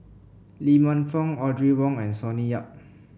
Lee Man Fong Audrey Wong and Sonny Yap